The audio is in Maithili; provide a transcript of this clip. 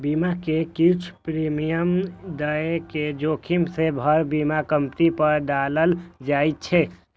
बीमा मे किछु प्रीमियम दए के जोखिम के भार बीमा कंपनी पर डालल जाए छै